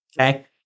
Okay